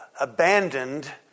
abandoned